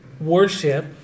worship